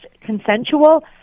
consensual